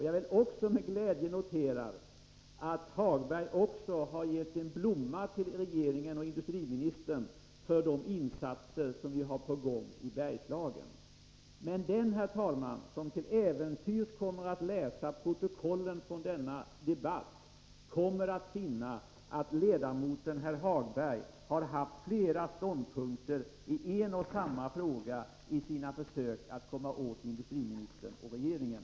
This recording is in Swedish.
Jag vill dessutom med glädje notera att Lars-Ove Hagberg också har gett en blomma till regeringen och industriministern för de insatser som har gjorts i Bergslagen. Den som till äventyrs, herr talman, kommer att läsa protokollet från denna debatt skall finna att ledamoten herr Hagberg har framfört olika ståndpunkter i en och samma fråga i sina försök att komma åt industriministern och regeringen.